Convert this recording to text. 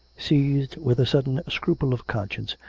seized with a sudden scruple of conscience,